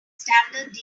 standard